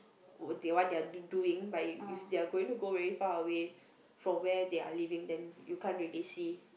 wh~ what they're doing but if if they are going to go very far away from where they're living then you can't really see